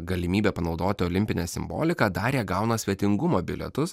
galimybę panaudoti olimpinę simboliką dar jie gauna svetingumo bilietus